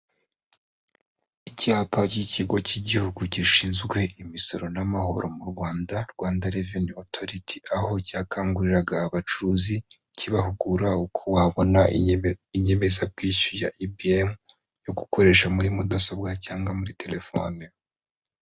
Icyapa cy'Ikigo cy'Igihugu gishinzwe imisoro n'amahoro mu Rwanda, Rwanda Revenue Authority, aho cyakanguriraga abacuruzi kibahugura uko wabona inyemezabwishyu ya EBM, yo gukoresha muri mudasobwa cyangwa muri telefone.